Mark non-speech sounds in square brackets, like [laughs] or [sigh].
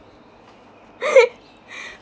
[laughs]